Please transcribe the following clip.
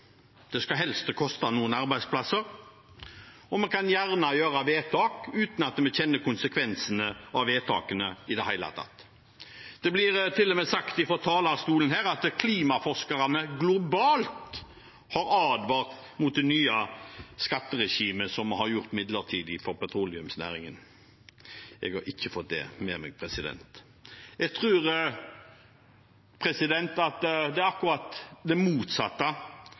vedtak uten at vi i det hele tatt kjenner konsekvensene av dem. Det blir til og med sagt fra talerstolen at klimaforskere globalt har advart mot det nye skatteregimet som vi har gjort midlertidig for petroleumsnæringen. Jeg har ikke fått det med meg. Jeg tror det er akkurat det motsatte